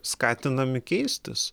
skatinami keistis